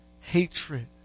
hatred